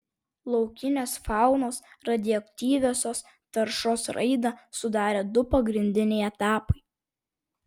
laukinės faunos radioaktyviosios taršos raidą sudarė du pagrindiniai etapai